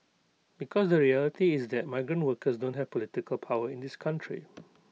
because the reality is that migrant workers don't have political power in this country